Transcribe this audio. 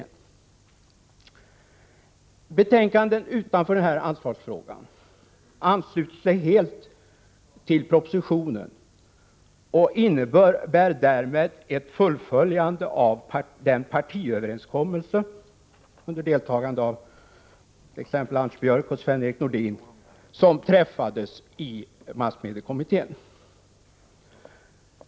I betänkandet — det gäller då inte ansvarsfrågan — ansluter man sig helt till propositionen. Det innebär ett fullföljande av den partiöverenskommelse — bl.a. Anders Björck och Sven-Erik Nordin deltog — som träffades i massmediekommittén.